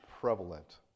prevalent